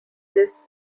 this